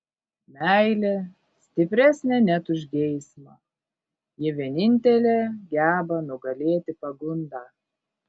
meilė stipresnė net už geismą ji vienintelė geba nugalėti pagundą